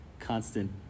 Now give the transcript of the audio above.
Constant